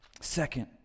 second